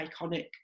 iconic